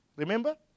remember